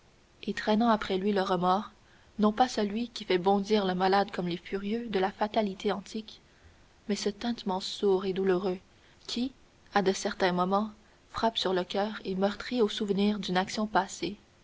et traînant après lui le remords non pas celui qui fait bondir le malade comme les furieux de la fatalité antique mais ce tintement sourd et douloureux qui à de certains moments frappe sur le coeur et le meurtrit au souvenir d'une action passée